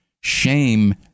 shame